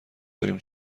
داریم